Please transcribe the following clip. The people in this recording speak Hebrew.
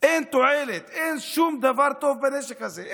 אין תועלת, אין שום דבר טוב בנשק הזה.